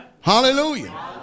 Hallelujah